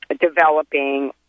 developing